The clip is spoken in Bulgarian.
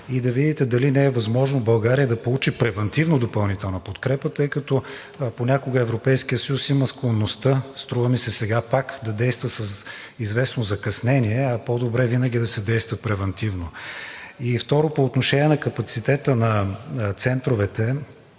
и да видите дали не е възможно България да получи превантивно допълнителна подкрепа, тъй като понякога Европейският съюз има склонността, струва ми се сега пак, да действа с известно закъснение, а по-добре винаги да се действа превантивно. И, второ, по отношение на капацитета на центровете